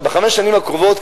בחמש השנים הקרובות,